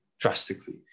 drastically